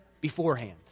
beforehand